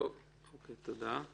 תודה.